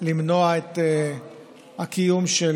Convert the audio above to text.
למנוע את הקיום של